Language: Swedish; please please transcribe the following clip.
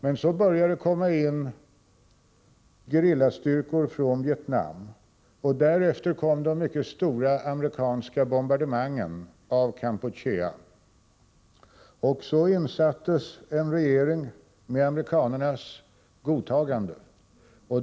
Men så började det komma in gerillastyrkor från Vietnam, och därefter kom de mycket stora amerikanska bombardemangen av Kampuchea. Så insattes en regering med amerikanernas godtagande.